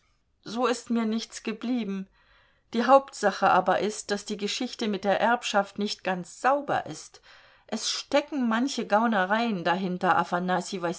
so ist mir nichts geblieben die hauptsache aber ist daß die geschichte mit der erbschaft nicht ganz sauber ist es stecken manche gaunereien dahinter